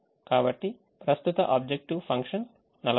కాబట్టి ప్రస్తుత objective function 46